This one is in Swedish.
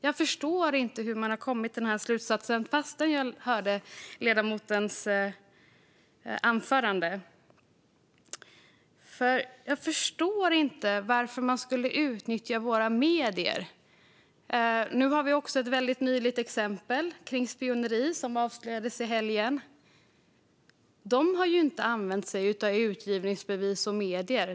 Jag förstår inte hur man har kommit till den här slutsatsen, fastän jag hörde ledamotens anförande, för jag förstår inte varför man skulle utnyttja våra medier. Vi har ett väldigt nyligt exempel på spioneri. Det avslöjades i helgen. De misstänkta har inte använt sig av utgivningsbevis och medier.